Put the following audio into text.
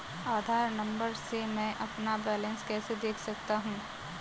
आधार number से मैं अपना बैलेंस कैसे देख सकता हूँ?